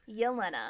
Yelena